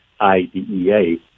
IDEA